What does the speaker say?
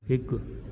हिकु